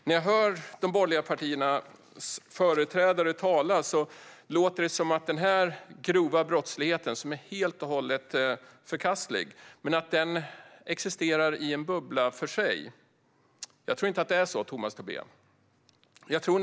När jag hör de borgerliga partiernas företrädare tala låter det som att den grova brottsligheten, som är helt och hållet förkastlig, existerar i en bubbla för sig. Jag tror inte att det är så, Tomas Tobé.